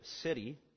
city